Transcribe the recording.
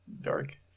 dark